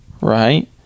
right